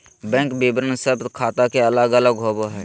bank विवरण सब ख़ाता के अलग अलग होबो हइ